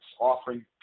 offering